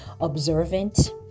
observant